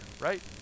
right